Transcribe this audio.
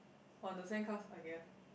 on the sand cast I guess